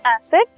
acid